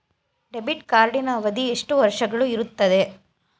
Debit ಕಾರ್ಡಿನ ಅವಧಿ ಎಷ್ಟು ವರ್ಷಗಳು ಇರುತ್ತದೆ?